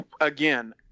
again